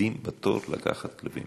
עומדים בתור לקחת כלבים.